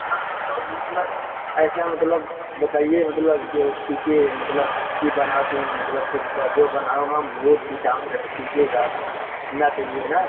हाँ तो मतलब ऐसा मतलब बताइए मतलब जो टिके मतलब कि बना दूँ मतलब कुछ ब जो बनाऊँ हम वह टिकाऊ रहे टिकेगा टिकना चहिए न